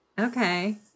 Okay